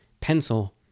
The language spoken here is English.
Pencil